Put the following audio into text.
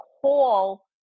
call